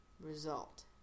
result